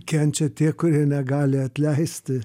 kenčia tie kurie negali atleisti